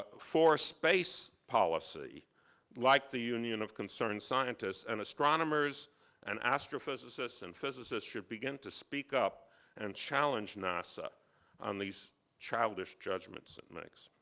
ah for space policy like the union of concerned scientists. and astronomers and astrophysicists and physicists should begin to speak up and challenge nasa these childish judgments it makes.